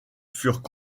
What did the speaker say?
furent